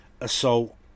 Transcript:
assault